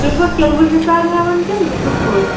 تُہۍ چھُوا کِلوٕ حِساب ہیٚوان کِنہٕ ہُتھ پٲٹھۍ